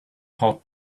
hot